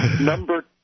Number